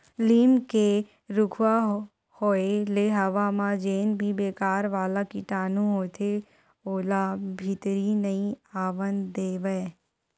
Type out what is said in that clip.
लीम के रूखवा होय ले हवा म जेन भी बेकार वाला कीटानु होथे ओला भीतरी नइ आवन देवय